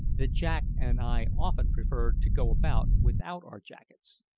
that jack and i often preferred to go about without our jackets.